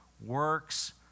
works